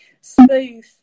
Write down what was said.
Smooth